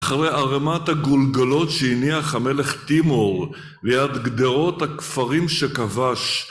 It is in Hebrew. אחרי ערמת הגולגולות שהניח המלך טימור ליד גדרות הכפרים שכבש